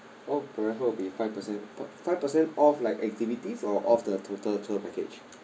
oh forever will be five percent five percent off like activities or off the total tour package